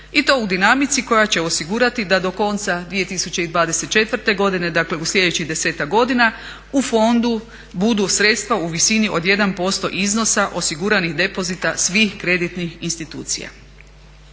i to u dinamici koja će osigurati da do konca 2024. godine, dakle u sljedećih 10-ak godina, u fondu budu sredstva u visini od 1% iznosa osiguranih depozita svih kreditnih institucija.